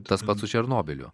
tas pat su černobyliu